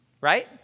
Right